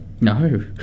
No